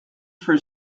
for